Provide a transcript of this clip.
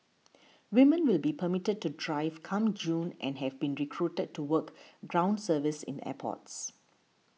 women will be permitted to drive come June and have been recruited to work ground service in airports